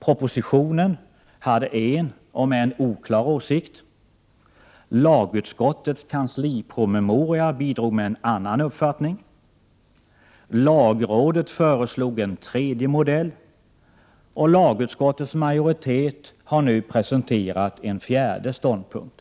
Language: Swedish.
Propositionen hade en, om än oklar, åsikt. Lagutskottets kanslipromemoria bidrog med en annan uppfattning. Lagrådet föreslog en tredje modell, och lagutskottets majoritet har nu presenterat en fjärde ståndpunkt.